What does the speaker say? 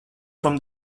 from